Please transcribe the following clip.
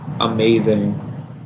amazing